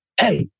Hey